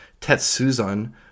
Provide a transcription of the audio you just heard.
Tetsuzan